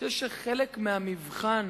אני חושב שחלק מהמבחן